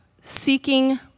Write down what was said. seeking